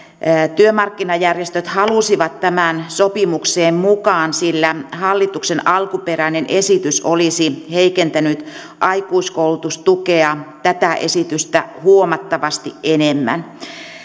työmarkkinajärjestöt halusivat tämän sopimukseen mukaan sillä hallituksen alkuperäinen esitys olisi heikentänyt aikuiskoulutustukea tätä esitystä huomattavasti enemmän